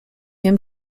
him